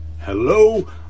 hello